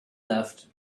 left